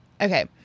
okay